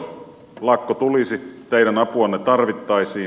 jos lakko tulisi teidän apuanne tarvittaisiin